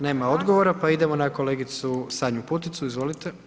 Nema odgovora pa idemo na kolegicu Sanju Puticu, izvolite.